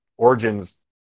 origins